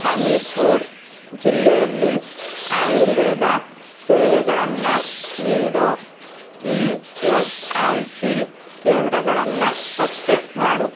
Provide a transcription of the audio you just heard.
ಹಮೀರ್ಪುರ್ ಜಿಲ್ಲೆಯಲ್ಲಿ ಆಯುರ್ವೇದ ಸೇವೆಗಳನ್ನು ನೀಡೋ ಇ ಎಸ್ ಐ ಸಿ ಕೇಂದ್ರಗಳನ್ನು ಪತ್ತೆ ಮಾಡು